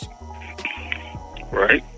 Right